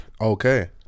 Okay